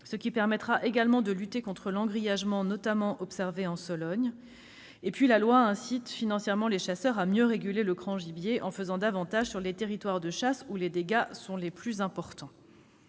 ce qui permettra également de lutter contre l'engrillagement notamment observé en Sologne. La loi incite financièrement les chasseurs à mieux réguler le grand gibier, en faisant davantage sur les territoires de chasse où les dégâts sont les plus importants.